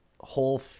whole